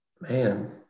man